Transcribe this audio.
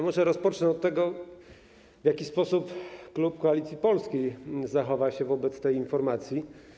Może rozpocznę od tego, w jaki sposób klub Koalicji Polskiej zachowa się wobec tej informacji.